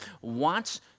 wants